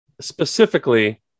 specifically